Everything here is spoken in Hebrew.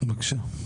בבקשה.